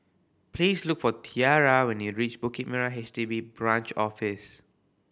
please look for Tiara when you reach Bukit Merah H D B Branch Office